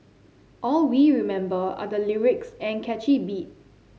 all we remember are the lyrics and catchy beat